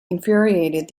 infuriated